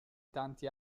tanti